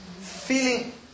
feeling